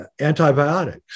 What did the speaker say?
antibiotics